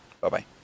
Bye-bye